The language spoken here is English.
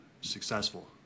successful